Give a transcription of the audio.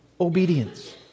obedience